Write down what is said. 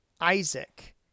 Isaac